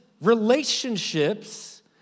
relationships